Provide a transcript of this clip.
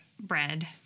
bread